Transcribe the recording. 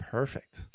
perfect